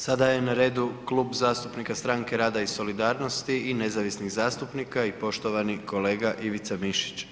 Sada je na redu Klub zastupnika Stranke rada i Solidarnosti i nezavisnih zastupnika i poštovani Ivica Mišić.